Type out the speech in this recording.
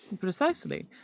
Precisely